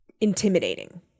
intimidating